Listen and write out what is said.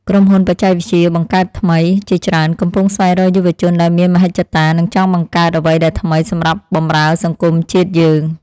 ក្រុមហ៊ុនបច្ចេកវិទ្យាបង្កើតថ្មីជាច្រើនកំពុងស្វែងរកយុវជនដែលមានមហិច្ឆតា និងចង់បង្កើតអ្វីដែលថ្មីសម្រាប់បម្រើសង្គមជាតិយើង។